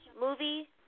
movie